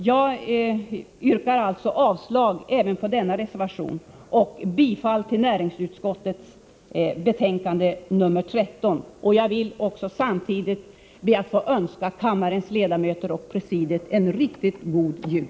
Jag yrkar alltså avslag även på denna reservation och bifall till hemställan i näringsutskottets betänkande nr 13. Jag vill samtidigt också be att få önska kammarens ledamöter och presidiet en riktigt god jul.